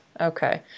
okay